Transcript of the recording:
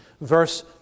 verse